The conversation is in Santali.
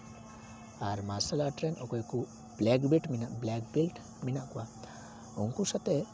ᱟᱨ ᱢᱟᱨᱥᱟᱞ ᱟᱴ ᱨᱮᱱ ᱚᱠᱚᱭ ᱠᱚ ᱵᱞᱮᱠ ᱵᱮᱞᱴ ᱵᱞᱮᱠ ᱵᱮᱞᱴ ᱢᱮᱱᱟᱜ ᱠᱚᱣᱟ ᱩᱱᱠᱩ ᱥᱟᱛᱮᱜ